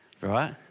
right